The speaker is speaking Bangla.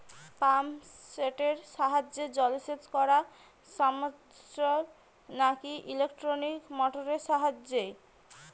পাম্প সেটের সাহায্যে জলসেচ করা সাশ্রয় নাকি ইলেকট্রনিক মোটরের সাহায্যে?